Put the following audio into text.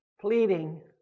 pleading